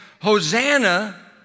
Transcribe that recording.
Hosanna